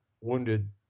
wounded